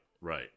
Right